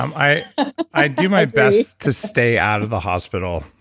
um i do my best to stay out of the hospital.